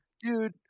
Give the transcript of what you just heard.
dude